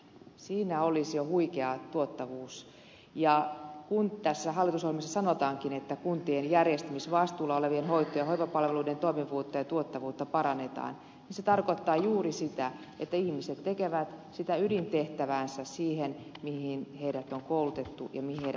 siinä olisi jo huikea tuottavuus ja kun tässä hallitusohjelmassa sanotaankin että kuntien järjestämisvastuulla olevien hoito ja hoivapalveluiden toimivuutta ja tuottavuutta parannetaan niin se tarkoittaa juuri sitä että ihmiset tekevät sitä ydintehtäväänsä sitä mihin heidät on koulutettu ja mihin heidät on palkattu